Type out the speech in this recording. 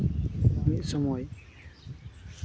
ᱢᱤᱫ ᱥᱚᱢᱚᱭ